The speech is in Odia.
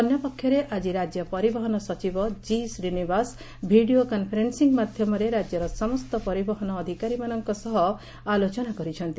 ଅନ୍ୟ ପକ୍ଷରେ ଆକି ରାକ୍ୟ ପରିବହନ ସଚିବ ଜିଶ୍ରୀନିବାସ ଭିଡିଓ କନ୍ଫେରେନ୍ ମାଧ୍ଘମରେ ରାକ୍ୟର ସମସ୍ତ ପରିବହନ ଅଧିକାରୀମାନଙ୍କ ସହ ଆଲୋଚନା କରିଛନ୍ତି